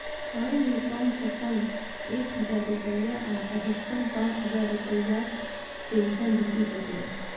अय मे कम सं कम एक हजार रुपैया आ अधिकतम पांच हजार रुपैयाक पेंशन भेटि सकैए